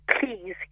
Please